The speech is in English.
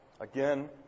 again